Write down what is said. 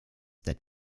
that